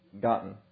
gotten